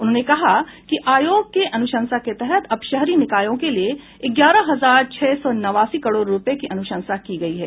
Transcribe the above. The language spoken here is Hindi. उन्होंने कहा कि आयोग के अनुशंसा के तहत अब शहरी निकायों के लिए ग्यारह हजार छह सौ नवासी करोड़ रूपये की अनुशंसा की गयी है